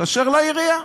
מתקשר לעירייה,